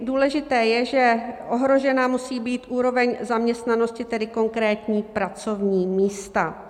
Důležité je, že ohrožena musí být úroveň zaměstnanosti, tedy konkrétní pracovní místa.